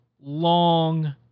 long